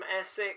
Essex